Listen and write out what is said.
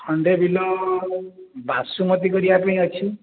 ଖଣ୍ଡେ ବିଲ ବାସୁମତୀ କରିବା ପାଇଁ ଅଛି